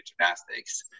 gymnastics